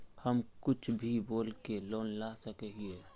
हम कुछ भी बोल के लोन ला सके हिये?